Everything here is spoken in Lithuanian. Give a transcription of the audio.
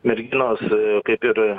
merginos kaip ir